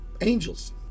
angels